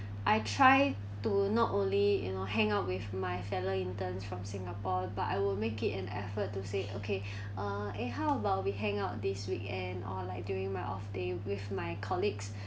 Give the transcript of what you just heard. I try to not only you know hang out with my fellow interns from singapore but I will make it an effort to say okay eh how about we hang out this weekend or like during my off day with my colleagues